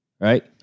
Right